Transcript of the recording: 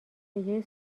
بجای